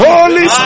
Holy